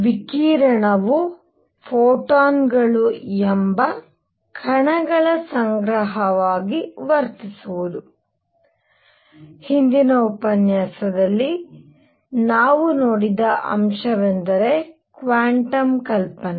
ವಿಕಿರಣವು ಫೋಟಾನ್ಗಳು ಎಂಬ ಕಣಗಳ ಸಂಗ್ರಹವಾಗಿ ವರ್ತಿಸುವುದು ಹಿಂದಿನ ಉಪನ್ಯಾಸದಲ್ಲಿ ನಾವು ನೋಡಿದ ಅಂಶವೆಂದರೆ ಕ್ವಾಂಟಮ್ ಕಲ್ಪನೆ